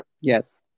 Yes